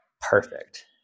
perfect